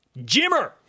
Jimmer